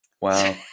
wow